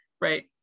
right